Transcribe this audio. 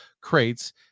crates